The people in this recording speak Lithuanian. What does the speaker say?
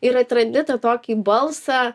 ir atrandi tą tokį balsą